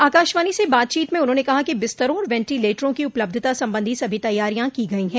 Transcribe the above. आकाशवाणी से बातचीत में उन्होंने कहा कि बिस्तरों और वेंटीलेटरों की उपलब्धता संबंधी सभी तैयारियां की गई हैं